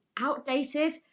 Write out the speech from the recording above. outdated